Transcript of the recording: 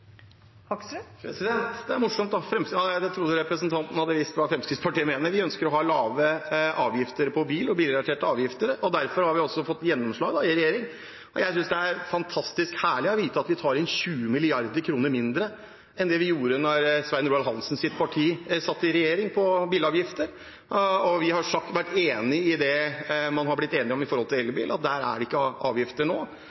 Det er morsomt, for jeg trodde representanten visste hva Fremskrittspartiet mener. Vi ønsker å ha lave avgifter når det gjelder bil og det som er bilrelatert, og derfor har vi fått gjennomslag i regjeringen. Jeg synes det er fantastisk herlig å vite at vi tar inn 20 mrd. kr mindre i bilavgifter enn det vi gjorde da Svein Roald Hansens parti satt i regjering. Vi har vært enig i det man har blitt enig om med tanke på elbil, at der er det ikke avgifter nå,